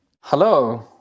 Hello